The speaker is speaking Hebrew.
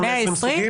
יותר מ-120 סוגים?